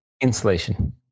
Insulation